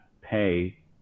pay